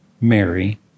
Mary